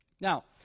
Now